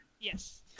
Yes